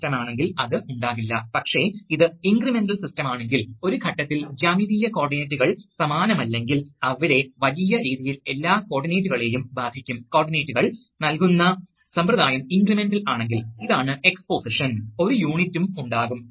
ഇവയെല്ലാം നിങ്ങൾക്കറിയാം അതിനാൽ ഇതാണ് മൈക്രോപ്രൊസസ്സർ സിപിയു ഇതാണ് മെമ്മറി അതിനാൽ മൈക്രോപ്രൊസസർ ഒടുവിൽ ഒരു ഡിജിറ്റൽ കമാൻഡ് നൽകുന്നു അത് അനലോഗ് കമാൻഡിലേക്ക് പരിവർത്തനം ചെയ്യുന്നു പൊതുവേ യഥാർത്ഥത്തിൽ ഒരു പവർ ആംപ്ലിഫയർ ഉണ്ടാകും കാരണം മൈക്രോപ്രൊസസ്സറിന് സാധാരണയായി ഒരു കോയിൽ പ്രവർത്തിപ്പിക്കാൻ കഴിയില്ല